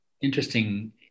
interesting